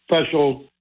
special